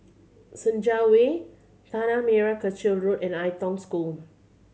Senja Way Tanah Merah Kechil Road and Ai Tong School